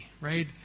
right